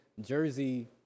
Jersey